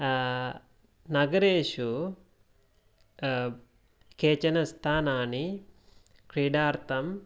नगरेषु केचन स्थानानि क्रीडार्थं